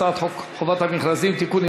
הצעת חוק חובת המכרזים (תיקון,